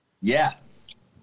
Yes